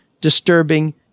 disturbing